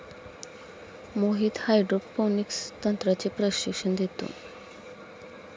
Mohit hydroponics तंत्राचे प्रशिक्षण देतो